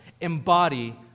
Embody